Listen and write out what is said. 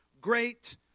great